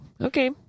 okay